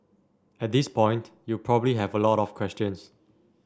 at this point you probably have a lot of questions